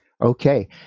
okay